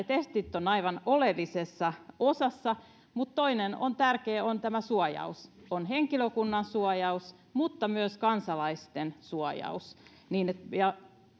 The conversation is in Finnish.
testit ovat aivan oleellisessa osassa mutta toinen tärkeä on suojaus on henkilökunnan suojaus mutta myös kansalaisten suojaus ja